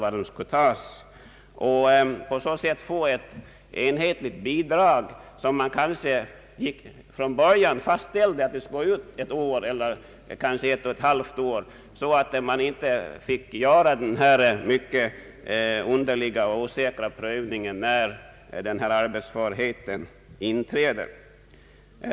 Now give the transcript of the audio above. På det sättet skulle vi få till stånd ett högre bidrag som från början var fastställt att utgå under ett eller kanske ett och ett halvt år. Då behöver man inte göra denna svåra och osäkra prövning för att fastställa när arbetsförheten inträder.